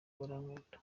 barankunda